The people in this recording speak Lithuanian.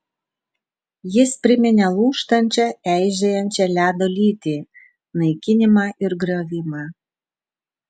jis priminė lūžtančią eižėjančią ledo lytį naikinimą ir griovimą